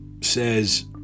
says